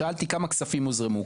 שאלתי כמה כספים הוזרמו,